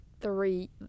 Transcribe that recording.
three